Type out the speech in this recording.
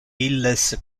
illes